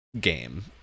game